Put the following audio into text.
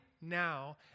now